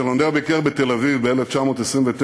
כשלונדר ביקר בתל-אביב ב-1929,